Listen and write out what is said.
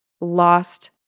lost